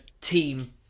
team